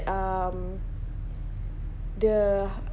um the